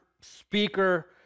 speaker